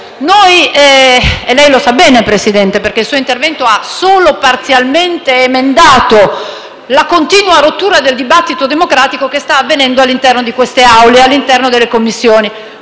Lei lo sa bene, Presidente, perché il suo intervento ha solo parzialmente emendato la continua rottura del dibattito democratico che sta avvenendo all'interno dell'Aula e delle Commissioni.